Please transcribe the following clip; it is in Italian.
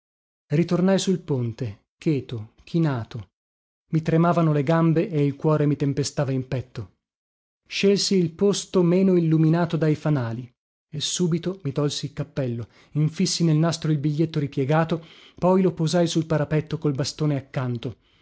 ritornai sul ponte cheto chinato i tremavano le gambe e il cuore mi tempestava in petto scelsi il posto meno illuminato dai fanali e subito mi tolsi il cappello infissi nel nastro il biglietto ripiegato poi lo posai sul parapetto col bastone accanto